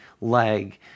leg